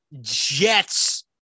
Jets